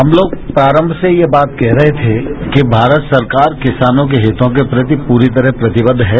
हम लोग प्रारंभ से यह बात कह रहे थे कि भारत सरकार किसानोंके हितों के प्रति पूरी तरह प्रतिबद्ध है